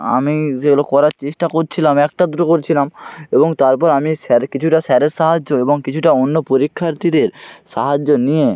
আমি যেগুলো করার চেষ্টা করছিলাম একটা দুটো করছিলাম এবং তারপর আমি স্যার কিছুটা স্যারের সাহায্য এবং কিছুটা অন্য পরীক্ষার্থীদের সাহায্য নিয়ে